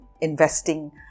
investing